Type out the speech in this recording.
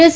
S